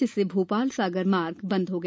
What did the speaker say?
जिससे भोपाल सागर मार्ग बंद हो गया